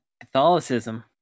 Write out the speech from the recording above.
catholicism